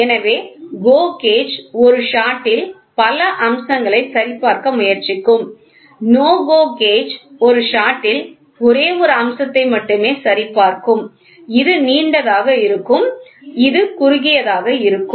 எனவே GO gauge ஒரு ஷாட்டில் பல அம்சங்களைச் சரிபார்க்க முயற்சிக்கும் NO GO கேஜ் ஒரு ஷாட்டில் ஒரே ஒரு அம்சத்தை மட்டுமே சரிபார்க்கும் இது நீண்டதாக இருக்கும் இது குறுகியதாக இருக்கும்